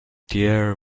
dear